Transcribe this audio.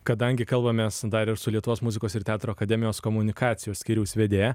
kadangi kalbamės dar ir su lietuvos muzikos ir teatro akademijos komunikacijos skyriaus vedėja